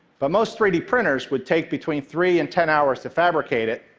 but most three d printers would take between three and ten hours to fabricate it,